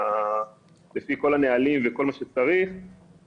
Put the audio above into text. לפי כל הנהלים וכל מה שצריך,